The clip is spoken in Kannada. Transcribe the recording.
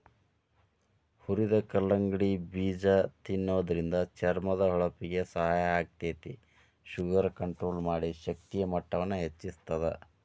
ಹುರದ ಕಲ್ಲಂಗಡಿ ಬೇಜ ತಿನ್ನೋದ್ರಿಂದ ಚರ್ಮದ ಹೊಳಪಿಗೆ ಸಹಾಯ ಆಗ್ತೇತಿ, ಶುಗರ್ ಕಂಟ್ರೋಲ್ ಮಾಡಿ, ಶಕ್ತಿಯ ಮಟ್ಟವನ್ನ ಹೆಚ್ಚಸ್ತದ